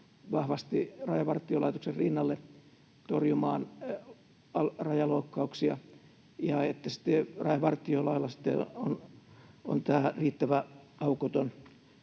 vahvasti Rajavartiolaitoksen rinnalle torjumaan rajaloukkauksia, ja sitten rajavartiolailla on riittävä aukoton